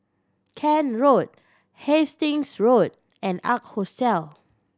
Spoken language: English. Kent Road Hastings Road and Ark Hostel